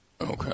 Okay